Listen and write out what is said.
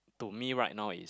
to me right now is